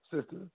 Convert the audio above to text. sister